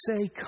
say